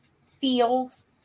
feels